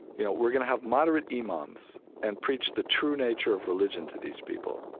you know, we're going to have moderate imams and preach the true nature of religion to these people,